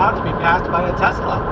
to be passed by a tesla!